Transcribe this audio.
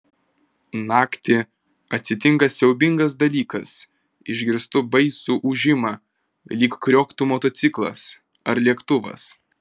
naktį atsitinka siaubingas dalykas išgirstu baisų ūžimą lyg krioktų motociklas ar lėktuvas